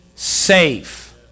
Safe